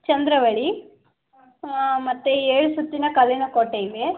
ಚಂದ್ರವಳ್ಳಿ ಮತ್ತು ಏಳುಸುತ್ತಿನ ಕಲ್ಲಿನ ಕೋಟೆ ಇವೆ